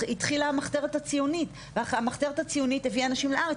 התחילה המחתרת הציונית והמחתרת הציונית הביאה אנשים לארץ,